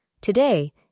Today